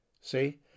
See